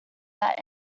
that